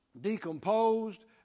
decomposed